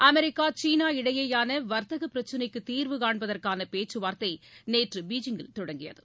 America China இடையேயான வர்த்தக பிரச்ளைக்கு தீர்வு காண்பதற்கான பேச்சுவார்த்தை நேற்று பெய்ஜிங்கில் தொடங்கியது